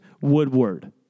Woodward